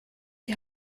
die